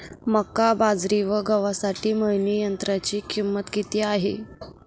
मका, बाजरी व गव्हासाठी मळणी यंत्राची किंमत किती आहे?